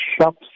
shops